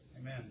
Amen